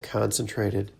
concentrated